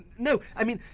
no, i mean,